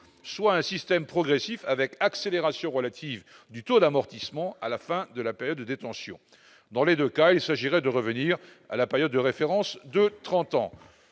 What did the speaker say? soit un système progressif avec accélération relative du taux d'amortissement à la fin de la période de détention. Dans les deux cas, il s'agirait de revenir à la période de référence de trente